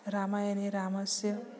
रामायणे रामस्य